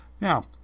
now